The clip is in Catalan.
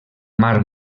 mar